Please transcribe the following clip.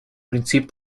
prinzip